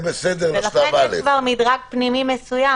ולכן יש כבר מדרג פנימי מסוים,